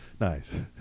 Nice